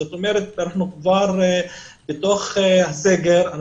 זאת אומרת: אנחנו כבר בתוך הסגר,